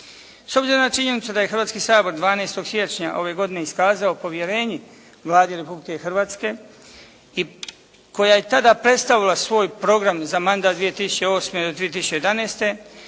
S obzirom na činjenicu da je Hrvatski sabor 12. siječnja ove godine iskazao povjerenje Vladi Republike Hrvatske i koja je tada predstavila svoj program za mandat 2008. do 2011.